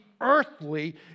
earthly